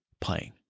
playing